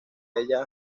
ella